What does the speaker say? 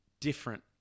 different